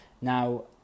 Now